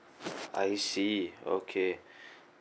I see okay